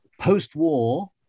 Post-war